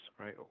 right